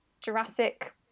jurassic